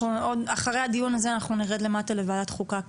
אחרי הדיון הזה אנחנו נרד למטה לוועדת חוקה,